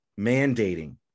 mandating